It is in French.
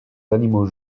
animaux